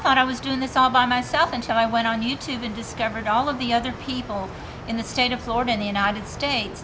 thought i was doing this all by myself until i went on youtube and discovered all of the other people in the state of florida in the united states